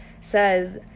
says